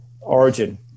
Origin